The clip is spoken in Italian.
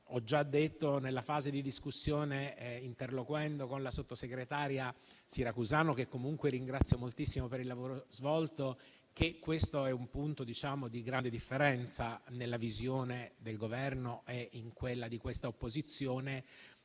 Ho già detto nella fase di discussione, interloquendo con la sottosegretaria Siracusano, che comunque ringrazio moltissimo per il lavoro svolto, che è un punto di grande differenza nella visione del Governo e in quella di questa opposizione.